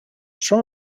són